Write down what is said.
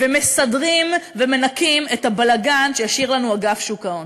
ומסדרים ומנקים את הבלגן שהשאיר לנו אגף שוק ההון.